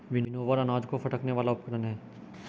winnower अनाज को फटकने वाला उपकरण है